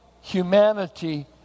humanity